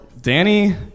Danny